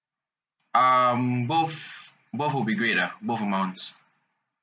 um both both would be great ah both amounts